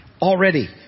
already